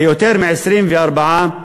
ליותר מ-24%.